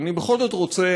אבל אני בכל זאת רוצה,